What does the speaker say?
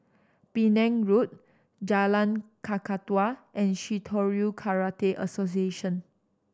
Penang Road Jalan Kakatua and Shitoryu Karate Association